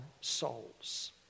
souls